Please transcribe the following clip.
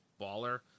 baller